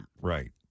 Right